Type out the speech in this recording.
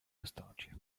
nostalgia